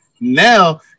now